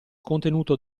contenuto